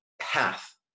path